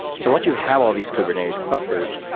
so once you have all these kubernetes clusters,